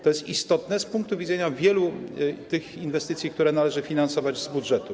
To jest istotne z punktu widzenia wielu inwestycji, które należy finansować z budżetu.